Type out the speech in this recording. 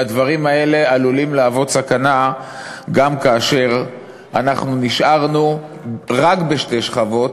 והדברים האלה עלולים להוות סכנה גם כאשר אנחנו נשארנו רק בשתי שכבות,